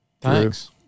Thanks